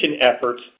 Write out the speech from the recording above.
efforts